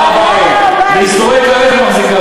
בעלייה להר-הבית אני שומעת לו.